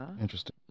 Interesting